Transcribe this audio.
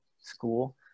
school